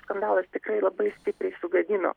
skandalas tikrai labai stipriai sugadino